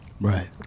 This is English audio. right